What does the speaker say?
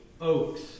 oaks